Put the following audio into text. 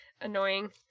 Annoying